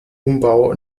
umbau